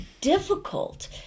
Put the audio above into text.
difficult